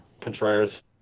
Contreras